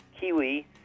kiwi